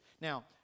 now